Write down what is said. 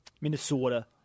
Minnesota